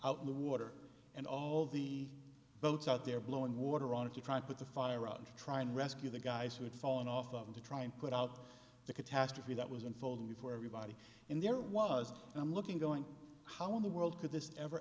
out in the water and all the boats out there blowing water on it to try to put the fire out and try and rescue the guys who had fallen off and to try and put out the catastrophe that was unfolding before everybody in there was i'm looking going how in the world could this ever